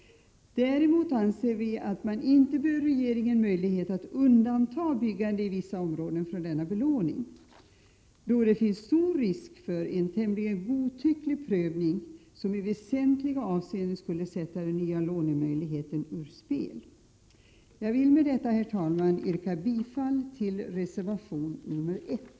Däremot anser vi att regeringen inte bör ges möjlighet att undanta byggande i vissa områden från denna belåning. Då finns det stor risk för en tämligen godtycklig prövning, som i väsentliga avseenden skulle sätta de nya lånemöjligheterna ur spel. Jag vill med detta, herr talman, yrka bifall till reservation nr 1.